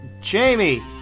jamie